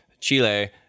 Chile